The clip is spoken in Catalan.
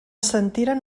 sentiren